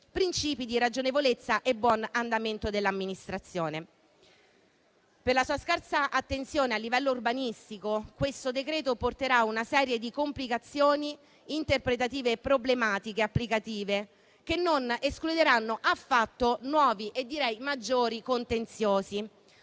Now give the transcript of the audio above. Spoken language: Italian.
principi di ragionevolezza e buon andamento dell'amministrazione. Per la sua scarsa attenzione a livello urbanistico questo decreto-legge porterà una serie di complicazioni interpretative e problematiche applicative che non escluderanno affatto nuovi e maggiori contenziosi.